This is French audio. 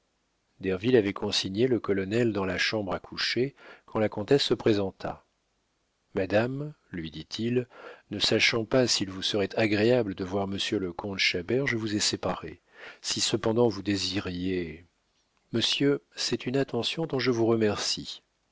derville avait consigné le colonel dans la chambre à coucher quand la comtesse se présenta madame lui dit-il ne sachant pas s'il vous serait agréable de voir monsieur le comte chabert je vous ai séparés si cependant vous désiriez monsieur c'est une attention dont je vous remercie